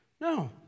No